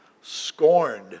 scorned